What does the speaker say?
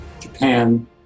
Japan